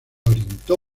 orientó